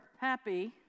happy